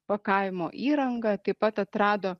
pakavimo įrangą taip pat atrado